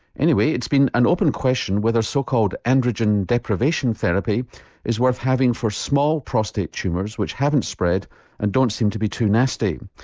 anyway, it's been an open question whether so called androgen deprivation therapy is worth having for small prostate tumours which haven't spread and don't seem to be too nasty.